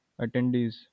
attendees